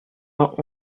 vingt